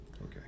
okay